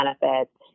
benefits